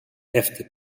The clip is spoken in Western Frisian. efter